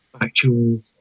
actual